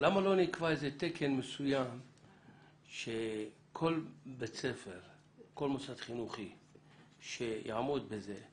למה לא נקבע איזה תקן מסוים שכל מוסד חינוכי שיעמוד בזה,